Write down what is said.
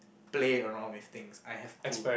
play around with things I have to